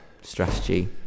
strategy